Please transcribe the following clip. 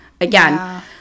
Again